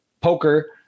poker